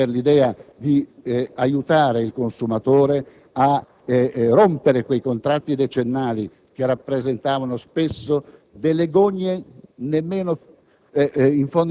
Complimenti per l'idea di aiutare il consumatore a rescindere quei contratti decennali che rappresentavano spesso delle gogne, in